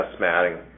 matting